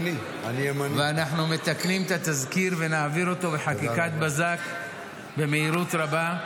ואנחנו מתקנים את התזכיר ונעביר אותו בחקיקת בזק במהירות רבה,